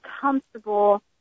comfortable